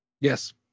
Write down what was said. yes